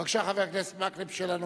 בבקשה, חבר הכנסת מקלב, שאלה נוספת.